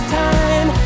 time